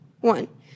One